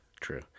True